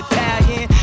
Italian